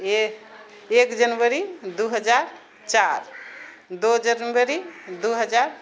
ए एक जनवरी दू हजार चारि दू जनवरी दू हजार